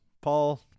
Paul